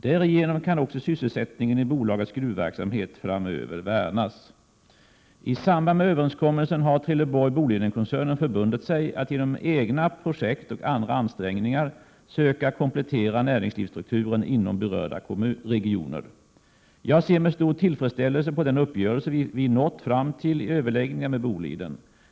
Därigenom kan också sysselsättningen i bolagets gruvverksamhet framöver värnas. I samband med överenskommelsen har Trelleborg/Bolidenkoncernen förbundit sig att genom egna projekt och andra ansträngningar söka komplettera näringslivsstrukturen inom berörda regioner. Jag ser med stor tillfredsställelse på den uppgörelse vi nått fram till i överläggningarna med Boliden.